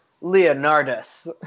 Leonardus